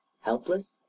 helpless